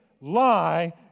lie